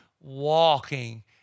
walking